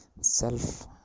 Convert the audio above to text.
self